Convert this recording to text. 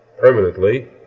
permanently